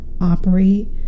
operate